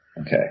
Okay